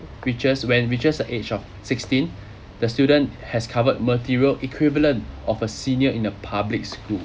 reaches when reaches the age of sixteen the student has covered material equivalent of a senior in a public school